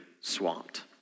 swamped